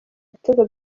ibitego